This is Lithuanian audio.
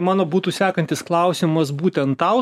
mano būtų sekantis klausimas būtent tau